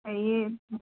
হেৰি